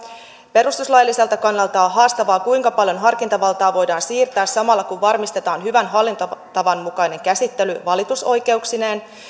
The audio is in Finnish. perustuslailliselta kannalta on haastavaa kuinka paljon harkintavaltaa voidaan siirtää samalla kun varmistetaan hyvän hallintotavan mukainen käsittely valitusoikeuksineen